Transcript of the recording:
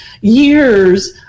years